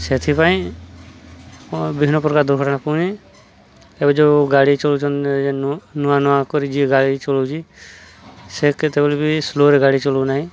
ସେଥିପାଇଁ ବିଭିନ୍ନ ପ୍ରକାର ଦୁର୍ଘଟଣା ପୁଣି ଏବେ ଯେଉଁ ଗାଡ଼ି ଚଳଉଛନ୍ତି ନୂଆ ନୂଆ କରି ଯିଏ ଗାଡ଼ି ଚଳଉଛି ସେ କେତେବେଳେ ବି ସ୍ଲୋରେ ଗାଡ଼ି ଚଳଉନାହିଁ